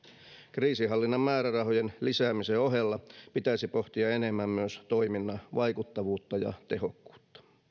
kriisinhallinnan määrärahojen lisäämisen ohella pitäisi pohtia enemmän myös toiminnan vaikuttavuutta ja tehokkuutta